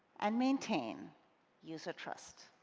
and maintain user trust.